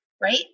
right